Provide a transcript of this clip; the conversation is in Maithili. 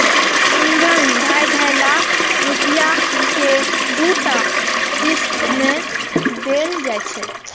ई धन ढाइ ढाइ लाख रुपैया के दूटा किस्त मे देल जाइ छै